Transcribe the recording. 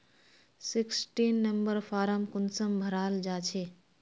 Sixteen number form कुंसम भराल जाछे?